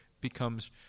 becomes